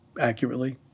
accurately